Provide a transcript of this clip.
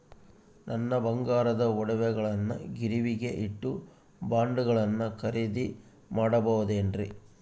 ನನ್ನ ಬಂಗಾರದ ಒಡವೆಗಳನ್ನ ಗಿರಿವಿಗೆ ಇಟ್ಟು ಬಾಂಡುಗಳನ್ನ ಖರೇದಿ ಮಾಡಬಹುದೇನ್ರಿ?